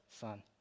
son